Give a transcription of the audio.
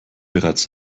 bereits